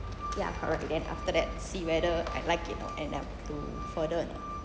ya correct then after that see whether I like it and ah to further or not